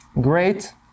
Great